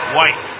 White